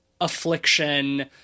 affliction